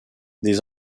des